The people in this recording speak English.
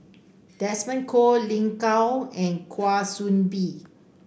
Desmond Kon Lin Gao and Kwa Soon Bee